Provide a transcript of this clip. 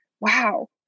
Wow